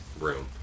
room